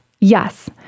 Yes